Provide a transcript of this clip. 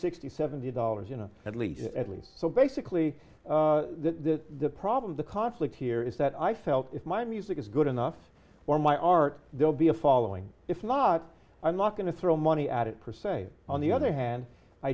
sixty seventy dollars you know at least at least so basically the problem the conflict here is that i felt if my music is good enough for my art they'll be a following if not i'm not going to throw money at it per se on the other hand i